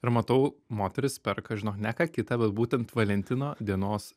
ir matau moteris perka žinok ne ką kitą bet būtent valentino dienos